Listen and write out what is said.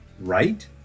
Right